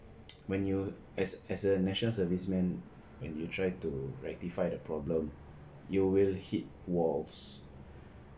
when you as as a national serviceman when you try to rectify the problem you will hit walls